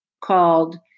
called